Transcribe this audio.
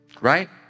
right